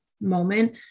moment